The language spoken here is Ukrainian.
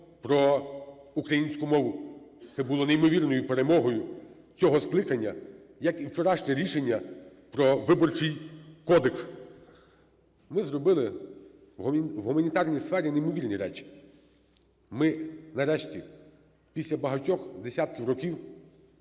про українську мову - це було неймовірною перемогою цього скликання, як і вчорашнє рішення про Виборчий кодекс. Ми зробили в гуманітарній сфері неймовірні речі: ми, нарешті, після багатьох десятків років